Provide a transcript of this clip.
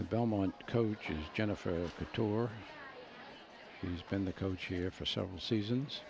the belmont coaches jennifer the tour has been the coach here for several seasons